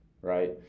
Right